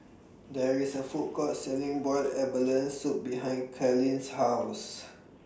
There IS A Food Court Selling boiled abalone Soup behind Kalene's House